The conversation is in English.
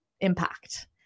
impact